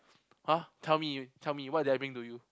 !huh! tell me tell me what did I bring to you